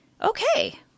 Okay